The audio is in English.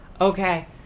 Okay